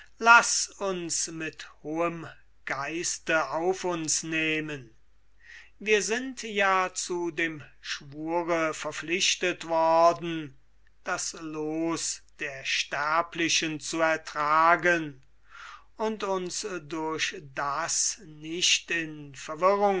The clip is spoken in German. laß uns mit hohem geiste auf uns nehmen wir sind ja zu dem schwure verpflichtet worden das loos der sterblichen zu ertragen und uns durch das nicht in verwirrung